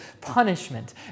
punishment